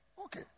Okay